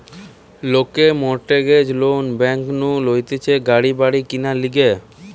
লোকে mortgage loan bank নু লইতেছে গাড়ি বাড়ি কিনার লিগে